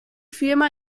firma